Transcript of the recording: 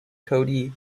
cody